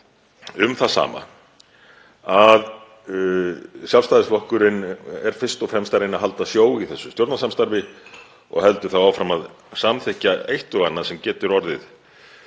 um það sama, að Sjálfstæðisflokkurinn er fyrst og fremst að reyna að halda sjó í þessu stjórnarsamstarfi og heldur áfram að samþykkja eitt og annað sem getur orðið